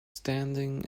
standing